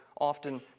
often